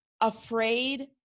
afraid